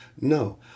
No